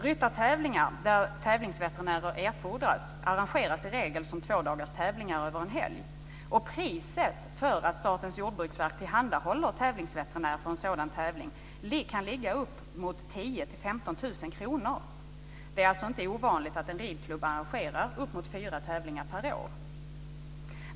Ryttartävlingar, där tävlingsveterinärer erfordras, arrangeras i regel som tvådagarstävlingar över en helg, och priset för att Statens jordbruksverk tillhandahåller tävlingsveterinärer för en sådan tävling kan ligga på uppemot 10 000-15 000 kr. Det är inte ovanligt att en ridklubb arrangerar uppemot fyra tävlingar per år.